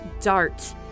dart